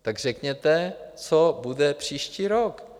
Tak řekněte, co bude příští rok.